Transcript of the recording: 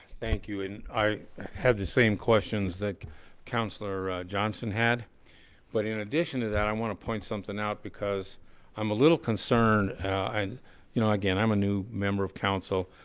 thank you, and i have the same questions that councillor johnson had but in addition to that i want to point something out because i'm a little concerned and you know again, i'm a new member of council,